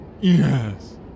yes